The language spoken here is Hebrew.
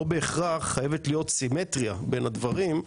בהכרח חייבת להיות סימטריה בין הדברים,